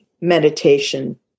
meditation